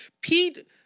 Pete